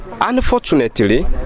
Unfortunately